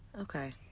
Okay